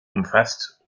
umfasst